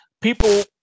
people